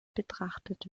betrachtet